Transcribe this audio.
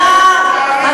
בשנים האחרונות,